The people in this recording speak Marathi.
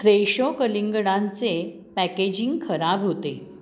फ्रेशो कलिंगडांचे पॅकेजिंग खराब होते